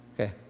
Okay